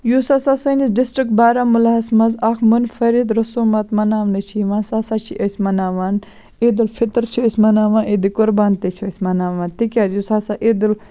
یُس ہسا سٲنِس ڈِسٹِرٛک بارہموٗلَہَس منٛز اَکھ مُنفٔرِد رسوٗمات مناونہٕ چھِ یِوان سُہ ہَسا چھِ أسۍ مناوان عیدُ الفِطر چھِ أسۍ مناوان عیٖدِ قُربان تہِ چھٕ أسۍ مناوان تِکیٛازِ یُس ہسا عیٖدُ ال